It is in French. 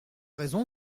raison